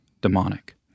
demonic